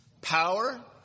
Power